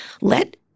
Let